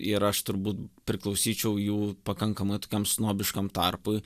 ir aš turbūt priklausyčiau jų pakankamai tokiam snobiškam tarpui